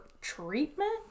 treatment